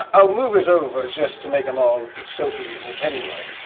i'll move it over just to make him all soak-y in it anyway.